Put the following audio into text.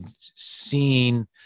seen